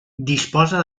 disposa